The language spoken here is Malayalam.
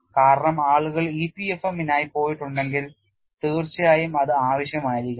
കാരണം ആളുകൾ EPFM ഇനായി പോയിട്ടുണ്ടെങ്കിൽ തീർച്ചയായും അത് ആവശ്യമായിരിക്കണം